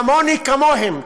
כמוני כמוהם,